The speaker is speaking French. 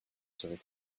serait